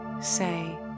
say